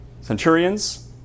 centurions